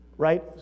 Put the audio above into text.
right